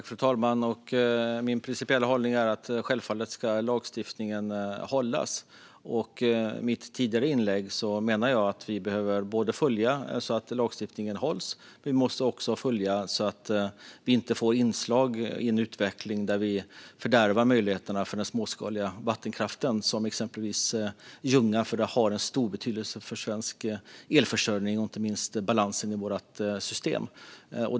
Fru talman! Min principiella hållning är att lagstiftningen självfallet ska hållas. I mitt tidigare inlägg sa jag att vi både behöver följa upp att lagstiftningen hålls och se till att vi inte får en utveckling där vi fördärvar möjligheterna för den småskaliga vattenkraften, som i Ljungan, för den har en stor betydelse för svensk elförsörjning, inte minst för balansen i vårt system.